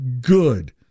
good